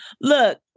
Look